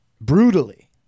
brutally